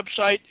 website